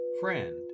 Friend